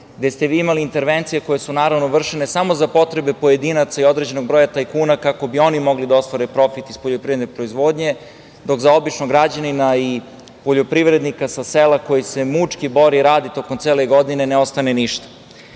gde ste vi imali intervencije, koje su naravno vršene samo za potrebe pojedinaca i određenog broja tajkuna, kako bi oni mogli da ostvare profit iz poljoprivredne proizvodnje, dok za običnog građanina i poljoprivrednika sa sela koji se mučki bori i radi tokom cele godine ne ostane